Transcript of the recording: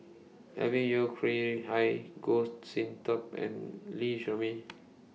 Alvin Yeo Khirn Hai Goh Sin Tub and Lee Shermay